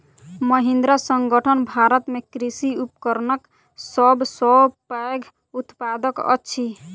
महिंद्रा संगठन भारत में कृषि उपकरणक सब सॅ पैघ उत्पादक अछि